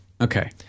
Okay